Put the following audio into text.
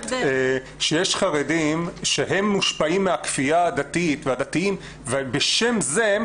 ואומרת שיש חרדים שהם מושפעים מהכפייה הדתית ובשם זה,